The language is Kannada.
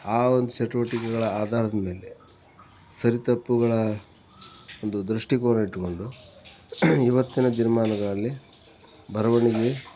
ಆ ಒಂದು ಚಟುವಟಿಕೆಗಳ ಆಧಾರದ ಮೇಲೆ ಸರಿ ತಪ್ಪುಗಳ ಒಂದು ದೃಷ್ಟಿಕೋನ ಇಟ್ಟುಕೊಂಡು ಇವತ್ತಿನ ದಿನಮಾನಗಳಲ್ಲಿ ಬರವಣಿಗೆ